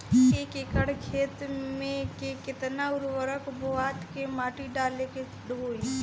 एक एकड़ खेत में के केतना उर्वरक बोअत के माटी डाले के होला?